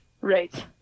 Right